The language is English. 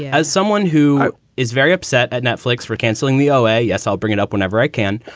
as someone who is very upset at netflix for canceling the. okay. yes, i'll bring it up whenever i can.